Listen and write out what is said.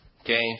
Okay